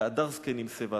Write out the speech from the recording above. "והדר זקנים שיבה".